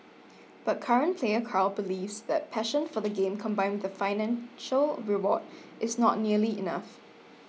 but current player Carl believes that passion for the game combined with a financial reward is not nearly enough